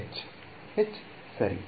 ವಿದ್ಯಾರ್ಥಿ h